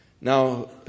Now